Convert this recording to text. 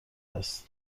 است